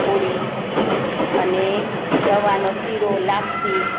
પૂરી અને રવાનો શીરો લાપસી